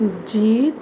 जीत